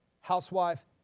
housewife